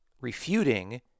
refuting